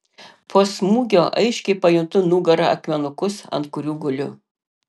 po smūgio aiškiai pajuntu nugara akmenukus ant kurių guliu